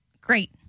Great